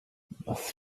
was